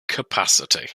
capacity